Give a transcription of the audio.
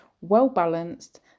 well-balanced